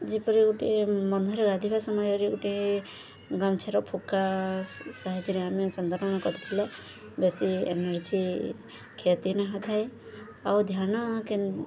ଯେପରି ଗୋଟିଏ ବନ୍ଧରେ ଗାଧେଇବା ସମୟରେ ଗୋଟେ ଗାମୁଛାର ଫୋକା ସାହାଯ୍ୟରେ ଆମେ ସନ୍ତରଣ କରିଥିଲେ ବେଶୀ ଏନର୍ଜି କ୍ଷତି ନ ହୋଇଥାଏ ଆଉ ଧ୍ୟାନ କେ